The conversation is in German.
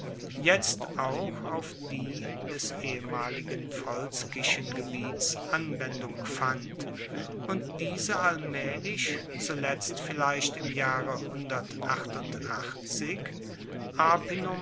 jetzt auch auf die des ehemaligen volskischen gebiets anwendung fand und diese allmaehlich zuletzt vielleicht im jahre